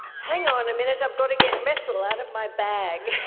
hang on a minute, i've got to get messel out of my bag.